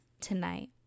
tonight